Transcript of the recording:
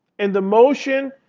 and the motion,